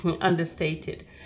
understated